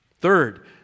Third